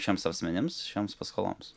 šiems asmenims šioms paskoloms